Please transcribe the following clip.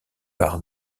par